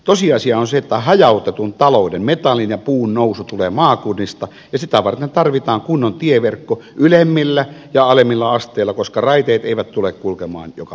tosiasia on se että hajautetun talouden metallin ja puun nousu tulee maakunnista ja sitä varten tarvitaan kunnon tieverkko ylemmillä ja alemmilla asteilla koska raiteet eivät tule kulkemaan joka paikkaan